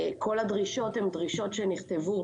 כל הדרישות הן דרישות שנכתבו